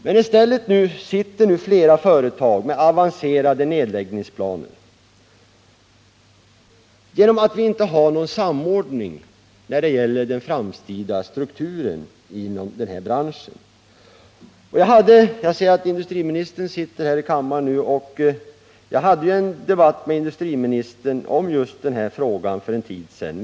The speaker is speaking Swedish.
Men nu sitter i stället flera företag med avancerade nedläggningsplaner på grund av att det inte finns någon samordning när det gäller den framtida strukturen inom denna bransch. Jag ser att industriministern sitter här i Nr 113 kammaren nu, och jag hade en debatt med honom om just denna fråga för en Tisdagen den tid sedan.